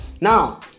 Now